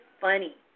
funny